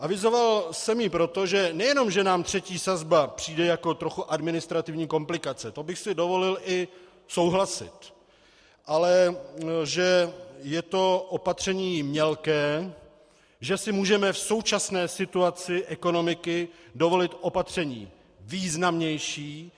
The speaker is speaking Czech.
Avizoval jsem ji proto, že nejenom že nám třetí sazba přijde jako trochu administrativní komplikace, to bych si dovolil i souhlasit, ale že je to opatření mělké, že si můžeme v současné situaci ekonomiky dovolit opatření významnější.